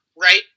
Right